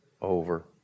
over